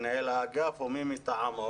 מנהל האגף או מי מטעמו,